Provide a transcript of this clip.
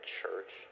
church